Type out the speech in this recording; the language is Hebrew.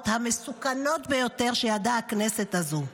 המסוכנות ביותר שידעה הכנסת הזו,